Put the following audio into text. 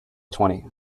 twenty